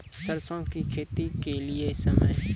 सरसों की खेती के लिए समय?